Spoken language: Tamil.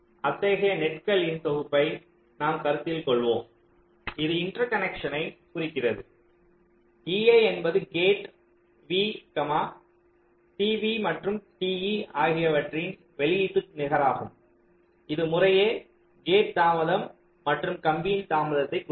அத்தகைய நெட்களின் தொகுப்பை நாம் கருத்தில் கொள்வோம் இது இன்டர்கனெக்ஷன்னை குறிக்கிறது ei என்பது கேட் v t v மற்றும் t e ஆகியவற்றின் வெளியீட்டு நிகரமாகும் இது முறையே கேட் தாமதம் மற்றும் கம்பியின் தாமதத்தைக் குறிக்கும்